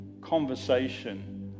conversation